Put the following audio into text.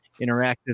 interactive